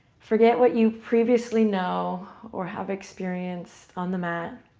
forget what you previously know or have experienced on the mat.